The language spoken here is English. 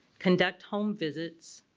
conduct home visits,